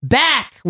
back